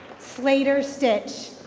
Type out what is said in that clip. swaider stitch.